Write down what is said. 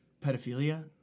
pedophilia